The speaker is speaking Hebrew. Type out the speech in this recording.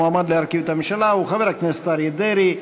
המועמד להרכיב את הממשלה הוא חבר הכנסת אריה דרעי.